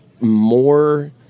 more